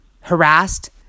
harassed